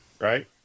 right